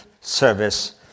service